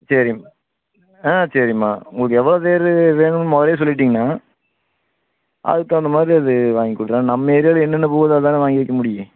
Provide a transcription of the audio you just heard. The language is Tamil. சரிம்மா ஆ சரிம்மா உங்களுக்கு எவ்வளோ பேர் வேணுமெனு முதலிலே சொல்லிட்டீங்கனா அதுக்குத் தகுந்த மாதிரி அது வாங்கிக் கொடுங்க நம்ம ஏரியாவில் என்னென்ன போகுது அதுதானே வாங்கி வைக்க முடியும்